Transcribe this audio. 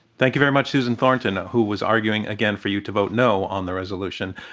thank you very much, susan thornton, who was arguing, again, for you to vote no on the resolution.